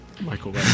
Michael